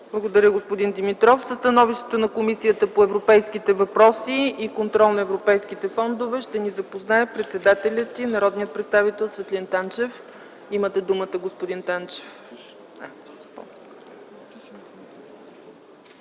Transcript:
Благодаря, господин Димитров. Със становището на Комисията по европейските въпроси и контрол на европейските фондове ще ни запознае председателят й народният представител Светлин Танчев. Имате думата, господин Танчев.